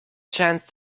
chance